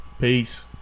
Peace